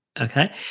Okay